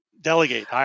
delegate